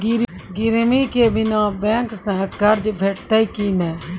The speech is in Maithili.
गिरवी के बिना बैंक सऽ कर्ज भेटतै की नै?